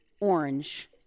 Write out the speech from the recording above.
orange